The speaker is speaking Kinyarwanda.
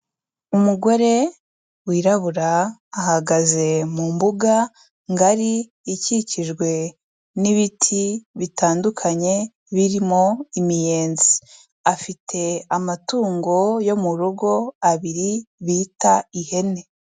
Umugore wirabura ahagaze mu mbuga ngari ikikijwe n'ibiti bitandukanye, birimo imiyenzi, afite amatungo yo mu rugo abiri bita ihene.